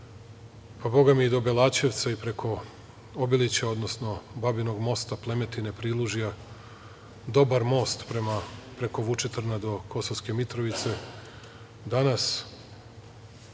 pa bogami i do Belaćevca i preko Obilića, odnosno Babinog Mosta, Plemetine, Prilužja, dobar most preko Vučitrna do Kosovske Mitrovice, danas,